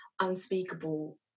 unspeakable